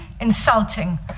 insulting